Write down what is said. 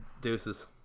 Deuces